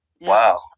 Wow